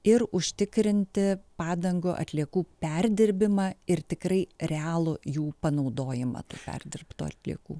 ir užtikrinti padangų atliekų perdirbimą ir tikrai realų jų panaudojimą tų perdirbtų atliekų